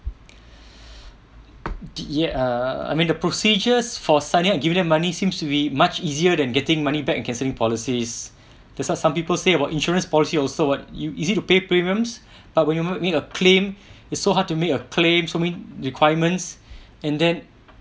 ya err I mean the procedures for Sanyak give them money seems to be much easier than getting money back and cancelling policies that's what some people say about insurance policy also what you easy to pay premiums but when you need a claim it's so hard to make a claim so many requirements and then